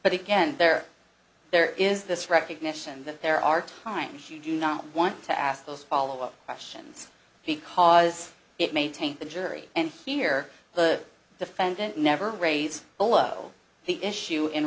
but again there there is this recognition that there are times you do not want to ask those follow up questions because it may taint the jury and hear the defendant never raise below the issue in